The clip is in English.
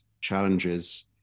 challenges